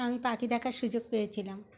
আমি পাখি দেখার সুযোগ পেয়েছিলাম